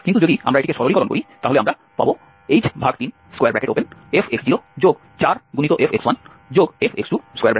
কিন্তু যদি আমরা এটিকে সরলীকরণ করি তাহলে আমরা h3fx04fx1fx2 পাব